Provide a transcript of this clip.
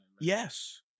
yes